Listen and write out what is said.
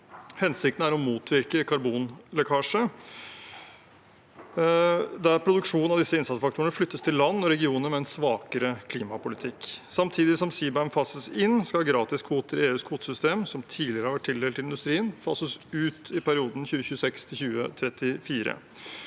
Hensikten er å motvirke karbonlekkasje, der produksjon av disse innsatsfaktorene flyttes til land og regioner med en svakere klimapolitikk. Samtidig som CBAM fases inn, skal gratiskvoter i EUs kvotesystem, som tidligere har vært tildelt industrien, fases ut i perioden 2026–2034.